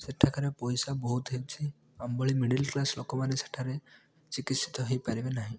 ସେଠାକାର ପଇସା ବହୁତ ହେଇଛି ଆମ ଭଳି ମିଡ଼ିଲ୍ କ୍ଲାସ୍ ଲୋକମାନେ ସେଠାରେ ଚିକିତ୍ସିତ ହେଇପାରିବେ ନାହିଁ